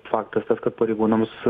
faktas tas kad pareigūnams